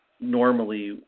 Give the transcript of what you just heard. normally